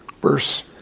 verse